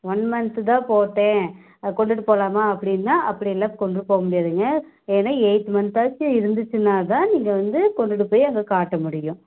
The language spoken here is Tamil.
ஒன் மந்த்து தான் போட்டேன் கொண்டுட்டு போகலாமா அப்படின்னா அப்படிலாம் கொண்டுட்டு போக முடியாதுங்க ஏன்னா எயிட் மந்த்தாச்சும் இருந்துச்சுன்னா தான் நீங்கள் வந்து கொண்டுட்டு போய் அங்கே காட்ட முடியும்